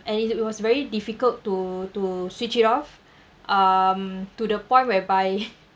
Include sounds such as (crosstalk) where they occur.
and it it was very difficult to to switch it off um to the point whereby (laughs)